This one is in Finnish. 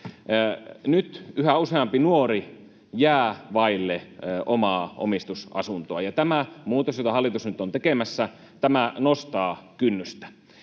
Nyt yhä useampi nuori jää vaille omaa omistusasuntoa, ja tämä muutos, jota hallitus nyt on tekemässä, nostaa kynnystä.